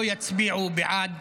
לא יצביעו בעד